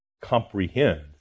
comprehend